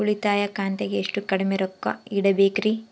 ಉಳಿತಾಯ ಖಾತೆಗೆ ಎಷ್ಟು ಕಡಿಮೆ ರೊಕ್ಕ ಇಡಬೇಕರಿ?